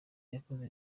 yakoze